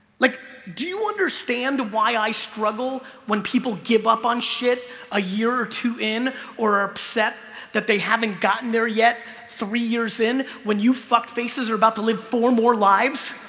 like do you understand why i? struggle when people give up on shit a year or two in or are upset that they haven't gotten there yet three years in when you fucked faces are about to live four more lives